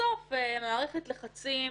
בסוף מערכת לחצים,